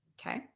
okay